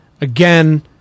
again